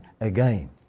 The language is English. again